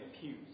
pews